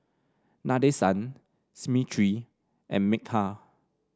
Nadesan Smriti and Milkha